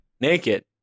naked